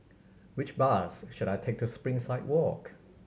which bus should I take to Springside Walk